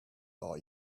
are